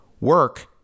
Work